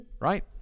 Right